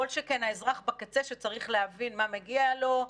כל שכן האזרח בקצה שצריך להבין מה מגיע לו,